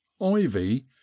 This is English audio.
Ivy